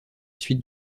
suite